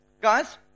guys